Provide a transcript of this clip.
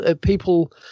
People